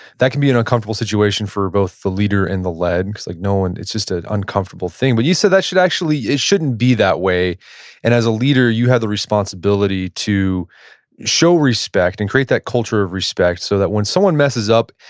that can be an uncomfortable situation for both the leader and the legs, like and it's just an uncomfortable thing. but you said that should actually, it shouldn't be that way and as a leader, you have the responsibility to show respect and create that culture respect, so that when someone messes up,